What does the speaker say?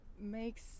makes